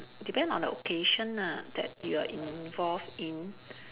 depend on the occasion ah that you are involved in